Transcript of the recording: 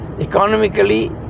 Economically